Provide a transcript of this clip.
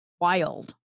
wild